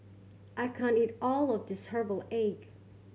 I can't eat all of this herbal egg